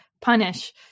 punish